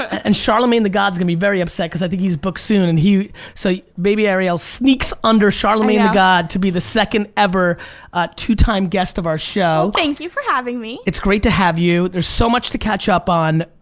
and charlemagne the god's gonna be very upset cause i think he's booked soon and so baby ariel sneaks under charlemagne the god to be the second ever two time guest of our show. well thank you for having me. it's great to have you. there's so much to catch up on.